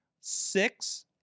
six